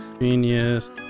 genius